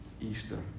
Easter